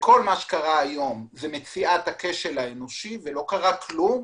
כל מה שקרה היום זה מציאת הכשל האנושי ולא קרה כלום,